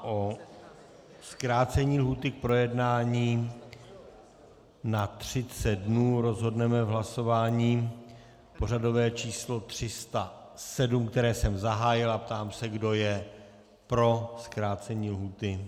O zkrácení lhůty k projednání na 30 dnů rozhodneme v hlasování pořadové číslo 307, které jsem zahájil, a ptám se, kdo je pro zkrácení lhůty.